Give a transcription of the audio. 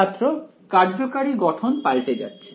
ছাত্র কার্যকরী গঠন পাল্টে যাচ্ছে